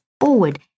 forward